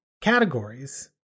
categories